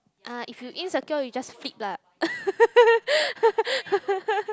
uh if you insecure you just flip lah